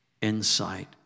insight